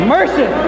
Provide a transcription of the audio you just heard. Mercy